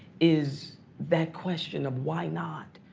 is that question of why not?